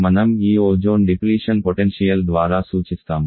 మనం ఈ ozone depletion potential ద్వారా సూచిస్తాము